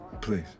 Please